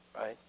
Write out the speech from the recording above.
right